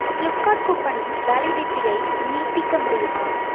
Flipkart கூப்பனின் வேலிடிட்டியை நீட்டிக்க முடியுமா